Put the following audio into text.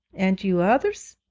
and you others,